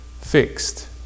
fixed